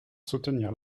soutenir